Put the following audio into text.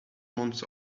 months